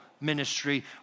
ministry